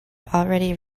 already